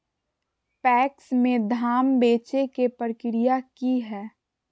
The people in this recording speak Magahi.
पैक्स में धाम बेचे के प्रक्रिया की हय?